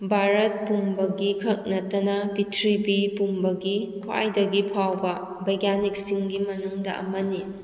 ꯚꯥꯔꯠ ꯄꯨꯝꯕꯒꯤ ꯈꯛ ꯅꯠꯇꯅ ꯄꯤꯊ꯭ꯔꯤꯕꯤ ꯄꯨꯝꯕꯒꯤ ꯈ꯭ꯋꯥꯏꯗꯒꯤ ꯐꯥꯎꯕ ꯕꯩꯒꯥꯅꯤꯛꯁꯤꯡꯒꯤ ꯃꯅꯨꯡꯗ ꯑꯃꯅꯤ